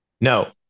no